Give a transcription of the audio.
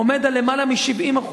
עומד על למעלה מ-70%.